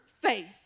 faith